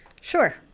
sure